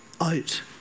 out